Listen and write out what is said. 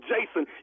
Jason